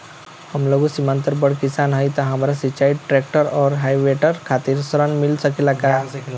हम लघु सीमांत बड़ किसान हईं त हमरा सिंचाई ट्रेक्टर और हार्वेस्टर खातिर ऋण मिल सकेला का?